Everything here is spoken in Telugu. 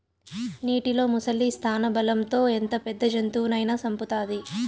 నీటిలో ముసలి స్థానబలం తో ఎంత పెద్ద జంతువునైనా సంపుతాది